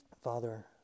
Father